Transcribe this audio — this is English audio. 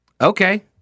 Okay